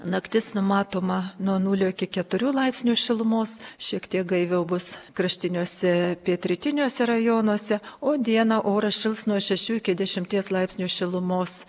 naktis numatoma nuo nulio iki keturių laipsnių šilumos šiek tiek gaiviau bus kraštiniuose pietrytiniuose rajonuose o dieną oras šils nuo šešių iki dešimties laipsnių šilumos